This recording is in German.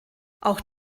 auch